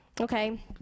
okay